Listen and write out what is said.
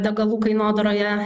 degalų kainodaroje